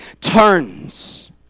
turns